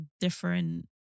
different